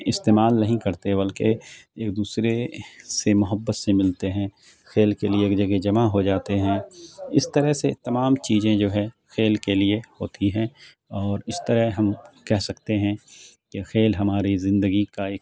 استعمال نہیں کرتے بلکہ ایک دوسرے سے محبت سے ملتے ہیں کھیل کے لیے ایک جگہ جمع ہو جاتے ہیں اس طرح سے تمام چیزیں جو ہے کھیل کے لیے ہوتی ہیں اور اس طرح ہم کہہ سکتے ہیں کہ کھیل ہماری زندگی کا ایک